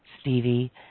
Stevie